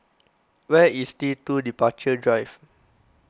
where is T two Departure Drive